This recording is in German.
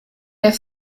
der